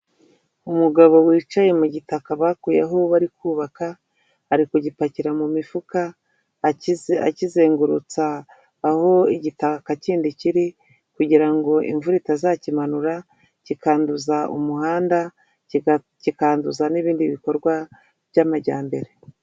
Umugabo wicaye mu gitaka bakuyeho bari kubaka, ari kugipakira mu mifuka akizengurutsa aho igitaka kindi kiri, kugira ngo imvura itazakimanura kikanduza umuhanda, kikanduza n'ibindi bikorwa by'amajyambere.